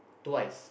twice